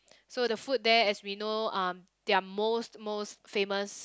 so the food there as we know um they are most most famous